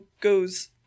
goes